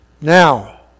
Now